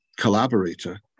collaborator